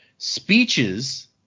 Speeches